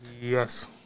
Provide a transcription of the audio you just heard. Yes